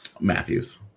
Matthews